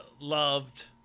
loved